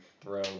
throw